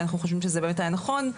ואנחנו חושבים שזה באמת היה נכון,